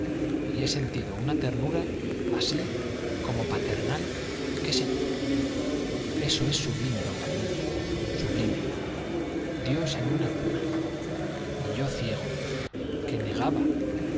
y he sentido una ternura así como paternal qué sé yo eso es sublime don fermín sublime dios en una cuna y yo ciego que negaba